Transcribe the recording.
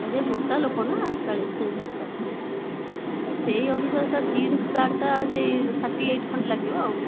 ସେ ମୋଟା ଲୋକ ନା ଚାଳିଶ ସାଇଜ଼ ଦରକାର ସେହି ଅନୁସାରେ ତାର ଜିନ୍ସ ପେଣ୍ଟଟା ସେହି ଥର୍ଟିଏଇଟ ଖଣ୍ଡେ ଲାଗିବ ଆଉ